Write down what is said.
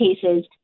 cases